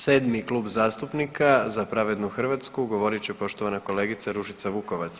Sedmi klub zastupnika „Za pravednu Hrvatsku“ govorit će poštovana kolegica Ružica Vukovac.